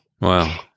Wow